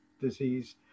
disease